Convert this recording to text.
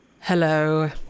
hello